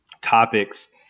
topics